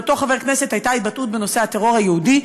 לאותו חבר כנסת הייתה התבטאות בנושא הטרור היהודי,